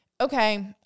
okay